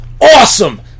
Awesome